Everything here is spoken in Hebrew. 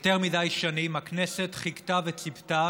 יותר מדי שנים הכנסת חיכתה וציפתה